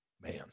man